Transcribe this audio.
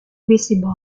visible